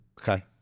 Okay